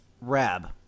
Rab